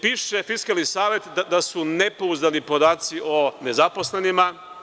Piše, Fiskalni savet da su nepouzdani podaci o nezaposlenima.